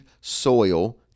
soil